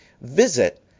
visit